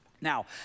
Now